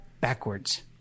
backwards